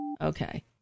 Okay